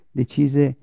decise